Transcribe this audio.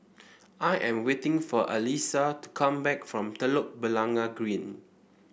I am waiting for Alissa to come back from Telok Blangah Green